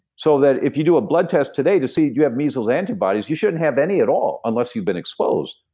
so that if you do a blood test today to see you have measles antibodies, you shouldn't have any at all, unless you've been exposed.